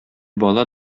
бала